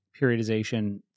periodization